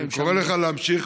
אני קורא לך להמשיך.